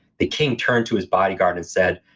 the king turned to his bodyguard and said,